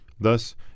Thus